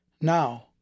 now